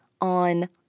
on